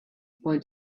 find